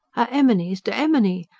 a emeny's d emeny.